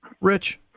Rich